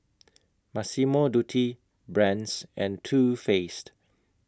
Massimo Dutti Brand's and Too Faced